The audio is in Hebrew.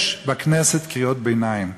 יש בכנסת קריאות ביניים,